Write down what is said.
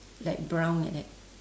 like brown like that